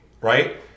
right